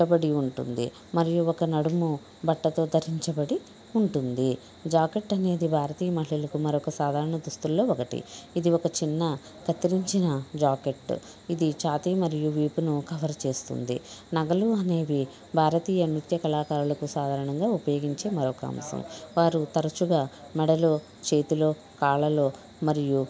కుట్టబడి ఉంటుంది మరియు ఒక నడుము బట్టతో ధరించబడి ఉంటుంది జాకెట్ అనేది భారతీయ మహిళలకు మరొక సాధారణ దుస్తులలో ఒకటి ఇది ఒక చిన్న కత్తిరించిన జాకెట్టు ఇది చాతి మరియు వీపును కవర్ చేస్తుంది నగలు అనేవి భారతీయ నృత్య కళాకారులకు సాధారణంగా ఉపయోగించే మరొక అంశం వారు తరచుగా మెడలో చేతిలో కాళ్లలో మరియు